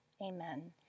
Amen